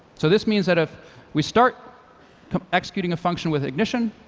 so this means that if we start executing a function with ignition,